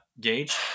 gauge